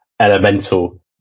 elemental